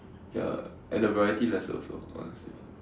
ya and the variety lesser also honestly